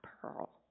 pearl